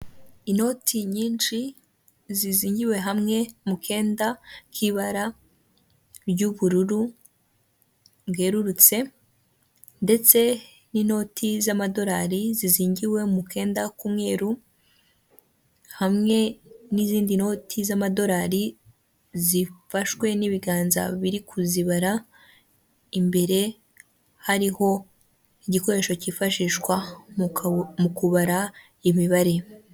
Inoti nyinshi zizingiwe hamwe mu kenda k'ibara ry'ubururu bwerurutse, ndetse n'inoti z'amadolari zizingiwe mu kenda k'umweru, hamwe n'izindi noti z'amadolari zifashwe n'ibiganza biri kuzibara, imbere hariho igikoresho kifashishwa mu kubara imibare.